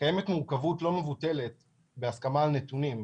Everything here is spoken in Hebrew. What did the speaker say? קיימת מורכבות לא מבוטלת בהסכמה על נתונים.